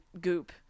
goop